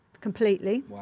completely